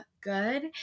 good